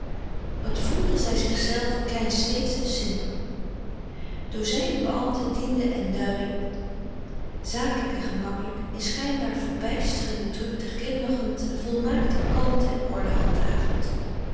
wat voelde zij zich zelve kleinsteedsch en simpel dozijnen beambten dienden en duidden zakelijk en gemakkelijk in schijnbaar verbijsterende drukte glimlachend een volmaakte kalmte en orde handhavend